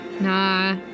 Nah